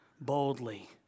boldly